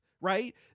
right